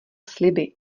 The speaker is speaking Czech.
sliby